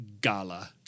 gala